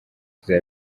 izaba